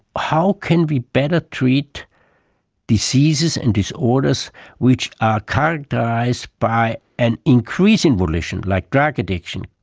how can we better treat diseases and disorders which are characterised by an increasing volition, like drug addiction,